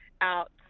out